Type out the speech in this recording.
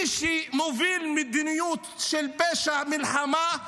מי שמוביל מדיניות של פשע מלחמה,